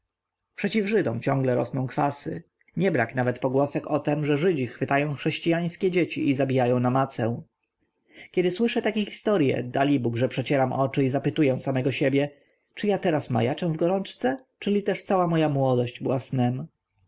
przeciw żydom ciągle rosną kwasy niebrak nawet pogłosek o tem że żydzi chwytają chrześciańskie dzieci i zabijają na macę kiedy słyszę takie historye dalibóg że przecieram oczy i zapytuję samego siebie czy ja teraz majaczę w gorączce czyli też cała moja młodość